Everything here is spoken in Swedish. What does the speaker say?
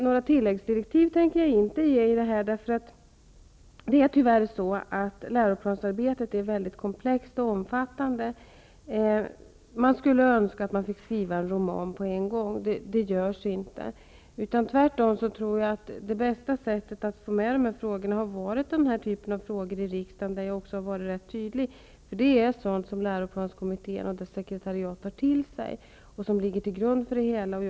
Jag avser inte att ge några tilläggsdirektiv. Läro plansarbetet är tyvärr mycket komplext och om fattande. Man skulle önska att man fick skriva en roman på en gång. Men det låter sig inte göras. Jag tror tvärtom att det bästa sättet att få med syn punkter är den här typen av frågor i riksdagen, där jag också har varit tydlig. Det är sådant som läroplanskommittén och dess sekretariat tar till sig och som ligger till grund för arbetet.